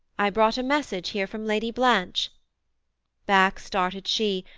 i brought a message here from lady blanche back started she,